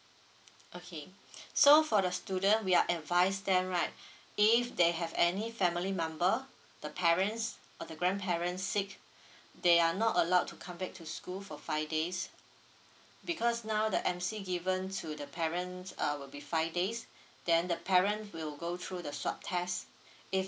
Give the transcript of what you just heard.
okay so for the student we are advise them right if they have any family member the parents or the grandparents sick they are not allowed to come back to school for five days because now the M_C given to the parents uh will be five days then the parent will go through the swab test if